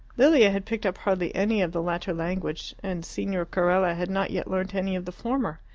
lilia had picked up hardly any of the latter language, and signor carella had not yet learnt any of the former.